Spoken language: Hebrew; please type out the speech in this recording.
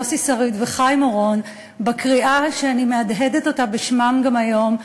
יוסי שריד וחיים אורון בקריאה שאני מהדהדת אותה בשמם גם היום,